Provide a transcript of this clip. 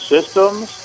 Systems